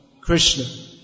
Krishna